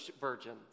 virgins